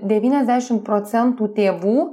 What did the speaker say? devyniasdešim procentų tėvų